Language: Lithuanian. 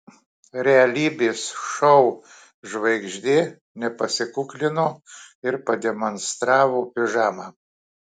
realybės šou žvaigždė nepasikuklino ir pademonstravo pižamą